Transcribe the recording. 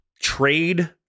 Trade